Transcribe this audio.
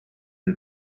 and